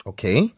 Okay